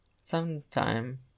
Sometime